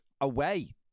away